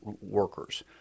workers